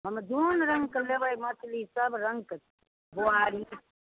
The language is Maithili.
हमर जोन रङ्गके लेबै मछली सब रङ्गके छै बुआरी